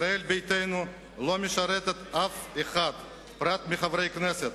ישראל ביתנו לא משרתת אף אחד פרט לחברי הכנסת,